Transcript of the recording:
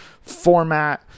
format